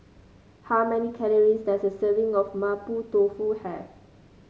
how many calories does a serving of Mapo Tofu have